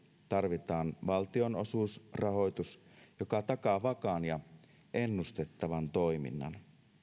tarvitaan valtionosuusrahoitus joka takaa vakaan ja ennustettavan toiminnan